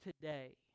Today